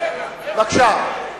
כן, כל השרים אתנו.